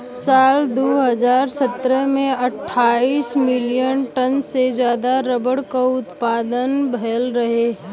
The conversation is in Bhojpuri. साल दू हज़ार सत्रह में अट्ठाईस मिलियन टन से जादा रबर क उत्पदान भयल रहे